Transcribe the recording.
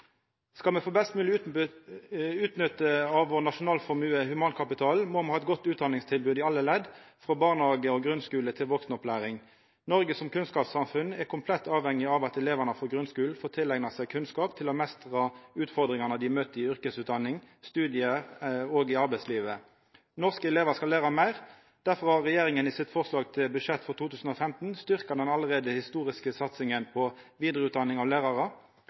Skal ein få best mogleg utbyte av nasjonalformuen vår, humankapitalen, må me ha eit godt utdaningstilbod i alle ledd frå barnehage til grunnskule og vaksenopplæring. Noreg som kunnskapssamfunn er komplett avhengig av at elevane i grunnskulen får tileigna seg kunnskap til å meistra utfordringane dei møter i yrkesutdaning, i studiar og i arbeidslivet. Norske elevar skal læra meir. Derfor har regjeringa i forslaget sitt til budsjett for 2015 styrkt den allereie historiske satsinga på vidareutdaning av lærarar.